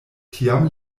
tiam